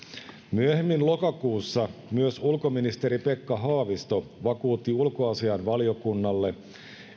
myöhemmin lokakuussa myös ulkoministeri pekka haavisto vakuutti ulkoasiainvaliokunnalle